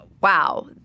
wow